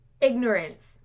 ignorance